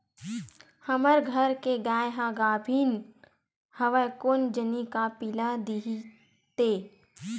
हमर घर के गाय ह गाभिन हवय कोन जनी का पिला दिही ते